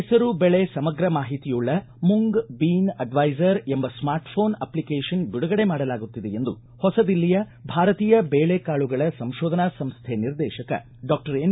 ಹೆಸರು ಬೆಳೆ ಸಮಗ್ರ ಮಾಹಿತಿಯುಳ್ಳ ಮುಂಗ್ ಬೀನ್ ಅಡ್ವೆಸರ್ ಎಂಬ ಸ್ಮಾರ್ಟಫೋನ್ ಅಪ್ಲಿಕೇಷನ್ ಬಿಡುಗಡೆ ಮಾಡಲಾಗುತ್ತಿದೆ ಎಂದು ಹೊಸ ದಿಲ್ಲಿಯ ಭಾರತೀಯ ಬೇಳೆ ಕಾಳುಗಳ ಸಂಶೋಧನಾ ಸಂಶ್ಹೆ ನಿರ್ದೇಶಕ ಡಾಕ್ಷರ್ ಎನ್